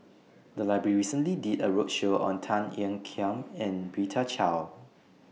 The Library recently did A roadshow on Tan Ean Kiam and Rita Chao